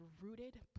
rooted